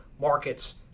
markets